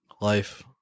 Life